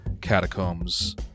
catacombs